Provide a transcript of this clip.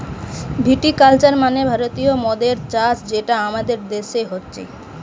ভিটি culture মানে ভারতীয় মদের চাষ যেটা আমাদের দেশে হচ্ছে